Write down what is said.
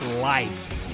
life